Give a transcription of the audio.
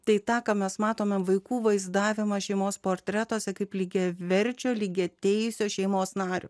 tai tą ką mes matome vaikų vaizdavimą šeimos portretuose kaip lygiaverčio lygiateisio šeimos nario